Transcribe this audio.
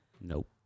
Nope